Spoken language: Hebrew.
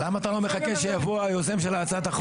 אבל למה אתה לא מחכה שיבוא היוזם של הצעת החוק?